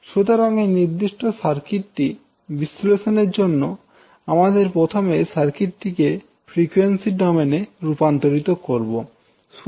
সুতরাং এই নির্দিষ্ট সার্কিটটি বিশ্লেষণ এর জন্য আমাদের প্রথমে এই সার্কিটটিকে ফ্রিকোয়েন্সি ডোমেনে রূপান্তরিত করবো